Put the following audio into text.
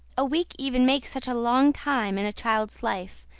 a week even makes such a long time in a child's life,